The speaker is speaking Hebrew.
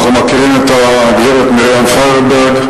אנחנו מכירים את הגברת מרים פיירברג,